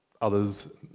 others